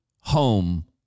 home